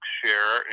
share